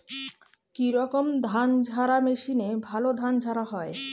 কি রকম ধানঝাড়া মেশিনে ভালো ধান ঝাড়া হয়?